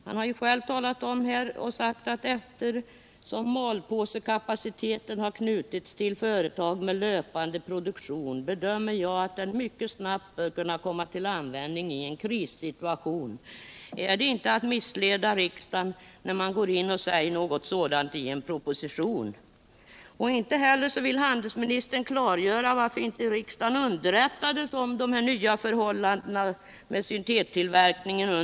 Han har här själv sagt att eftersom malpåsekapaciteten knutits till företag med löpande produktion, bedömer jag att den mycket snabbt bör komma till användning i en krissituation. Är det inte att missleda riksdagen, när man säger något sådant i en proposition? Inte heller vill handelsministern klargöra varför riksdagen inte under utskottsbehandlingen underrättades om de nya förhållandena med syntettillverkning.